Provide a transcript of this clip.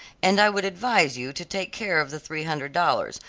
and i would advise you to take care of the three hundred dollars,